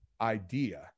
idea